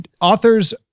Authors